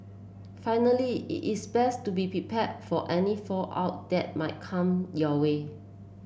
finally it is best to be prepared for any fallout that might come your way